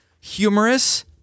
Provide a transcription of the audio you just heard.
humorous